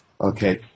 Okay